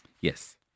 Yes